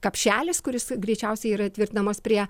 kapšelis kuris greičiausiai yra tvirtinamas prie